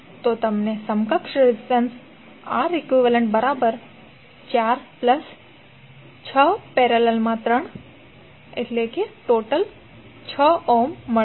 તો તમને સમકક્ષ રેઝિસ્ટન્સ Req46||3463636 મળશે